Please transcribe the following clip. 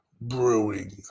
Brewing